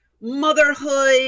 motherhood